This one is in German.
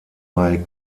bei